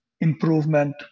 improvement